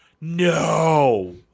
No